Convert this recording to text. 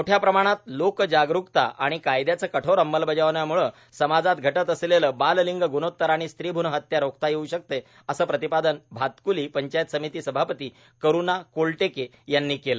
मोठ्याप्रमाणात लोकजागरुकता आणि कायद्याचे कठोर अमंलबजावणीमूळे समाजात घटत असलेले बाललिंग ग्णोत्तर आणि स्त्रीभुण हत्या रोखता येउ शकते असं प्रतिपादन भातकली पंचायत समिती सभापती करुणा कोलटेके यांनी केले